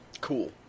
cool